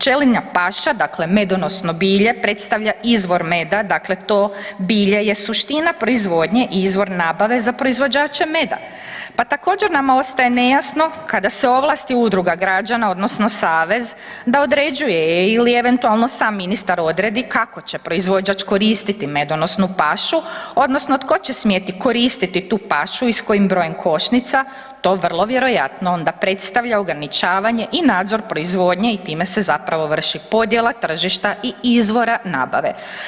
Pčelinja paša, dakle medonosno bilje predstavlja izvor meda, dakle to bilje je suština proizvodnje i izvor nabave za proizvođače meda pa također nam ostaje nejasno kada se ovlasti udruga građana odnosno savez da određuje ili eventualno sam ministar odredi kako će proizvođač koristiti medonosnu pašu odnosno tko će smjeti koristiti tu pašu i s kojim brojem košnica, to vrlo vjerojatno onda predstavlja ograničavanje i nadzor proizvodnje i time se zapravo vrši podjela tržišta i izvora nabave.